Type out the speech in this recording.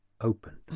opened